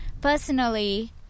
Personally